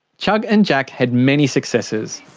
chugg and jack had many successes,